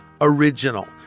original